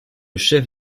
chef